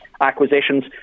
acquisitions